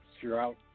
throughout